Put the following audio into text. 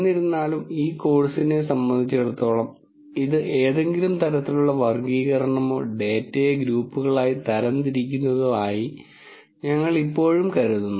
എന്നിരുന്നാലും ഈ കോഴ്സിനെ സംബന്ധിച്ചിടത്തോളം ഇത് ഏതെങ്കിലും തരത്തിലുള്ള വർഗ്ഗീകരണമോ ഡാറ്റയെ ഗ്രൂപ്പുകളായി തരംതിരിക്കുന്നതോ ആയി ഞങ്ങൾ ഇപ്പോഴും കരുതുന്നു